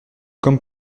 comme